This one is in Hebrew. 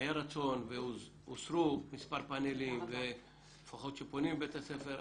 שהיה רצון והוסרו מספר פאנלים לפחות שפונים לבית הספר,